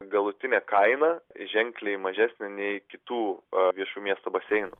galutinė kaina ženkliai mažesnė nei kitų a viešų miesto baseinų